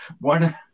One